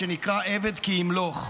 שנקרא "עבד כי ימלוך".